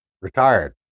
Retired